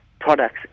products